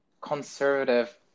conservative